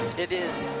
it is,